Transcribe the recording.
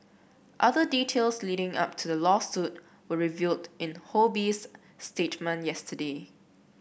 other details leading up to the lawsuit were revealed in Ho Bee's statement yesterday